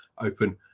Open